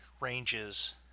ranges